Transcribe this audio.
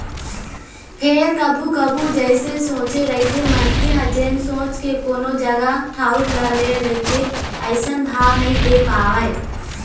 फेर कभू कभू जइसे सोचे रहिथे मनखे ह जेन सोच के कोनो जगा ठउर ल ले रहिथे अइसन भाव नइ दे पावय